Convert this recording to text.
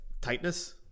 tightness